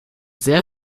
sehr